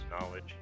knowledge